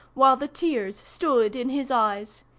while the tears stood in his eyes,